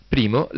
Primo